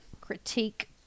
critique